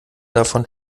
davon